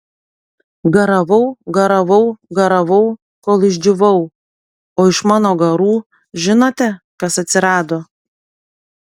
garavau garavau garavau kol išdžiūvau o iš mano garų žinote kas atsirado